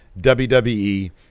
WWE